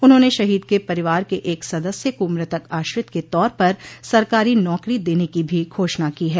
उन्होंने शहीद के परिवार के एक सदस्य को मृतक आश्रित के तौर पर सरकारी नौकरी देने की भी घोषणा की है